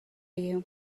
you